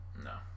No